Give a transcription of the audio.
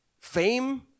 Fame